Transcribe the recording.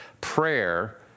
prayer